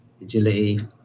agility